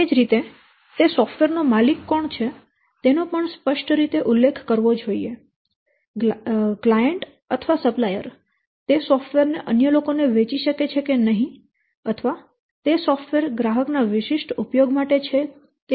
તે જ રીતે તે સોફ્ટવેર નો માલિક કોણ છે તેનો સ્પષ્ટ રીતે ઉલ્લેખ કરવો જોઇએ ગ્રાહક અથવા સપ્લાયર તે સોફ્ટવેર ને અન્ય લોકોને વેચી શકે છે કે નહીં અથવા તે સોફ્ટવેર ગ્રાહક ના વિશિષ્ટ ઉપયોગ માટે છે તેનો ઉલ્લેખ હોવો જોઈએ